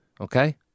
Okay